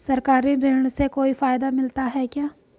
सरकारी ऋण से कोई फायदा मिलता है क्या?